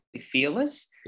fearless